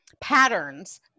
patterns